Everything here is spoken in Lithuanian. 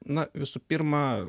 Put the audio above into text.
na visų pirma